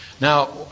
Now